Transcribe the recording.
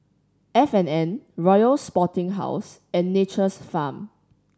F and N Royal Sporting House and Nature's Farm